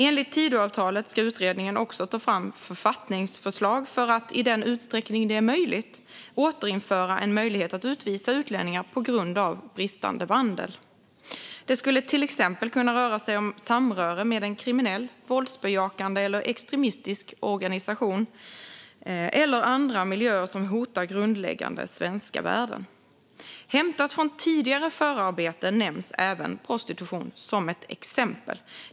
Enligt Tidöavtalet ska utredningen också ta fram författningsförslag för att, i den utsträckning det är möjligt, återinföra en möjlighet att utvisa utlänningar på grund av bristande vandel. Det skulle till exempel kunna röra sig om samröre med en kriminell, våldsbejakande eller extremistisk organisation eller andra miljöer som hotar grundläggande svenska värden. Hämtat från tidigare förarbeten nämns även prostitution som ett exempel.